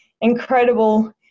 incredible